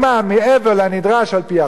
מעבר לנדרש על-פי החוק